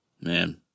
Man